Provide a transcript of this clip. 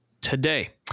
today